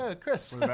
Chris